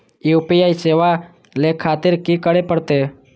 UPI सेवा ले खातिर की करे परते?